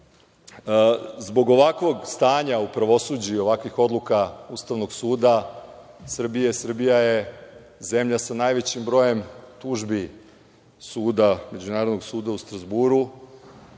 ovakvog stanja u pravosuđu i ovakvih odluka Ustavnog suda, Srbija je zemlja sa najvećim brojem tužbi Međunarodnog suda u Strazburu,